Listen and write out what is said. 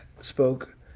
spoke